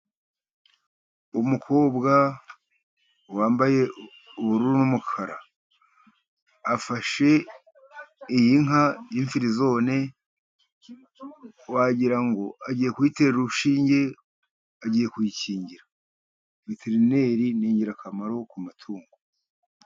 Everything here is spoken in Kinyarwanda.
Umukobwa wambaye ubururu n'umukara afashe iyi nka y'imfirizone wagira ngo agiye kuyitera urushinge, agiye kuyikinyingira veterineri ni ingirakamaro ku matungo.